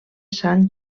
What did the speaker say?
sant